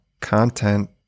content